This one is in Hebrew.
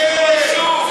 תתביישו.